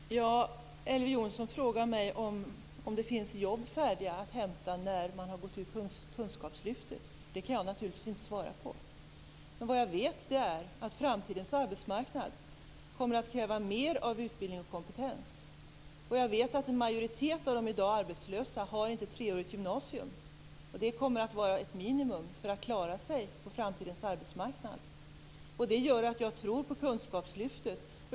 Herr talman! Elver Jonsson frågar mig om det finns jobb färdiga att hämta när man har gått färdigt kunskapslyftet. Det kan jag naturligtvis inte svara på. Men vad jag vet är att framtidens arbetsmarknad kommer att kräva mer av utbildning och kompetens. Jag vet att en majoritet av de i dag arbetslösa har inte treårigt gymnasium. Det kommer att vara ett minimum för att klara sig på framtidens arbetsmarknad. Det gör att jag tror på kunskapslyftet.